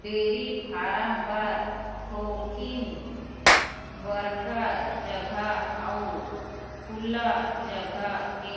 dairy farm बर थोकिन बड़का जघा अउ खुल्ला जघा के